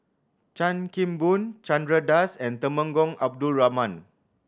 Chan Kim Boon Chandra Das and Temenggong Abdul Rahman